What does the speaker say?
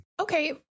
Okay